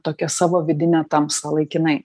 tokią savo vidinę tamsą laikinai